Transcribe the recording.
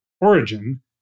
origin